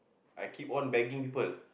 I keep on begging people